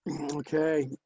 okay